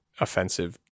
offensive